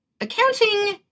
accounting